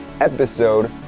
episode